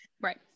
Right